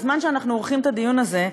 בזמן שאנחנו עורכים את הדיון הזה,